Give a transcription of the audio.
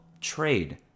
trade